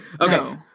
Okay